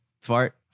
Fart